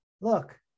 look